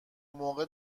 موقع